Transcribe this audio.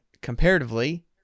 comparatively –